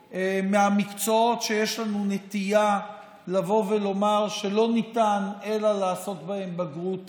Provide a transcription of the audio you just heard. מהמקצועות שיש לנו נטייה לבוא ולומר שלא ניתן אלא לעשות בהם בגרות